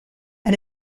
and